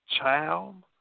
Child